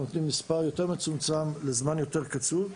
אנחנו נותנים מספר יותר מצומצם לזמן יותר קצוב.